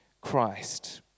Christ